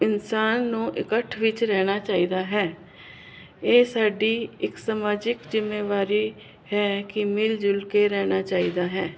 ਇਨਸਾਨ ਨੂੰ ਇਕੱਠ ਵਿੱਚ ਰਹਿਣਾ ਚਾਹੀਦਾ ਹੈ ਇਹ ਸਾਡੀ ਇਕ ਸਮਾਜਿਕ ਜਿੰਮੇਵਾਰੀ ਹੈ ਕਿ ਮਿਲ ਜੁਲ ਕੇ ਰਹਿਣਾ ਚਾਹੀਦਾ ਹੈ